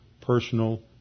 personal